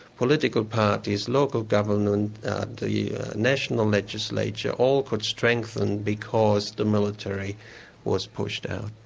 political parties, local government and the national legislature all could strengthen because the military was pushed out.